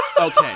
Okay